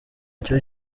cyo